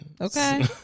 Okay